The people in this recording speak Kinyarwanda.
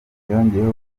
yongeyeho